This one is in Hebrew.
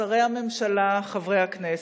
שרי הממשלה, חברי הכנסת,